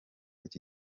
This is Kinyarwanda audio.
iki